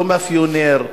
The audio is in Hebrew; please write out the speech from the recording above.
לא מאפיונר,